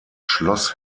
schloss